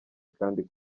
kandi